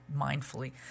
mindfully